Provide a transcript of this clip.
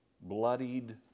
bloodied